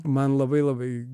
man labai labai